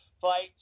fight